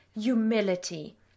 humility